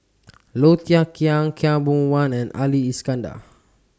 Low Thia Khiang Khaw Boon Wan and Ali Iskandar